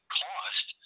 cost